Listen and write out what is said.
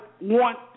want